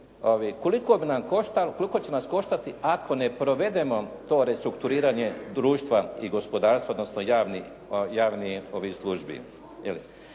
koliko će nas koštati ako ne provedemo to restrukturiranje društva i gospodarstva odnosno javnih službi.